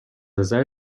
نظر